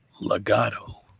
Legato